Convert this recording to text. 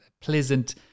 pleasant